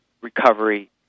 recovery